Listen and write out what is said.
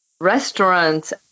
restaurants